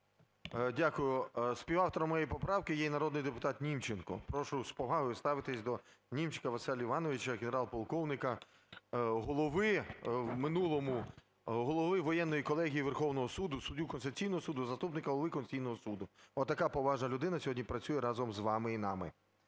Дякую. Співавтором моєї поправки є й народний депутатНімченко. Прошу з повагою ставитися до Німченка Василя Івановича, генерал-полковника, голови в минулому, голови Воєнної колегії Верховного Суду, судді Конституційного Суду, заступника Голови Конституційного Суду. Отака поважна людина працює разом з вами і нами,